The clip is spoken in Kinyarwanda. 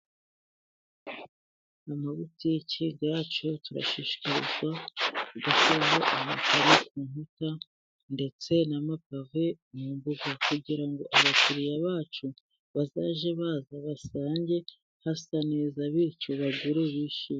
Amabutike yacu, turashishikarizwa dushyira amakaro ku nkuta, ndetse n'amapave mu mbuga ,kugira ngo abakiriya bacu bazajye baza basange hasa neza, bityo bagure bishimye.